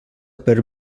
per